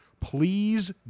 please